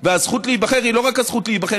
והזכות להיבחר היא לא רק הזכות להיבחר,